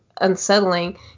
unsettling